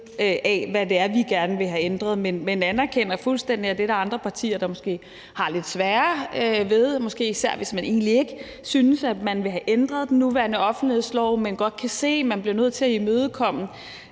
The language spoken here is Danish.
af, hvad det er, vi gerne vil have ændret, men anerkender fuldstændig, at det er der andre partier der måske har lidt sværere ved, måske især hvis man egentlig ikke synes, at man vil have ændret den nuværende offentlighedslov, men godt kan se, at man bliver nødt til at imødekomme